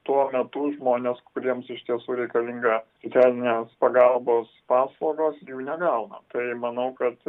tuo metu žmonės kuriems iš tiesų reikalinga socialinės pagalbos paslaugos jų negauna tai manau kad